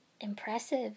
impressive